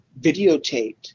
videotaped